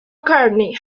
mccartney